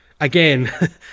again